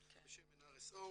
דיברנו.